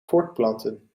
voortplanten